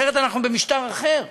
אחרת אנחנו במשטר אחר.